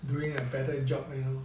doing a better job you know